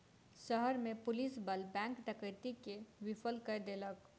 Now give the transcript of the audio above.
शहर में पुलिस बल बैंक डकैती के विफल कय देलक